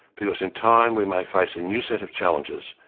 because in time we may face a new set of challenges,